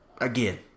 again